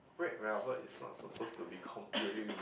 red velvet is not supposed to be completely red